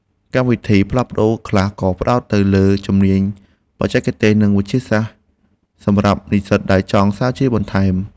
កម្មវិធីផ្លាស់ប្តូរខ្លះក៏ផ្តោតទៅលើជំនាញបច្ចេកទេសនិងវិទ្យាសាស្ត្រសម្រាប់និស្សិតដែលចង់ស្រាវជ្រាវបន្ថែម។